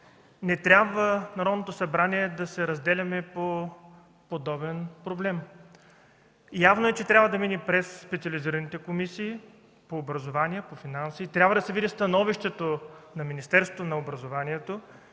не трябва Народното събрание да се разделяме по подобен проблем. Явно е, че трябва да минем през специализираните комисии по образование, по финанси, трябва да се види становището на Министерството на образованието